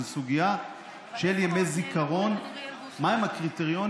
זו סוגיה של ימי זיכרון: מהם הקריטריונים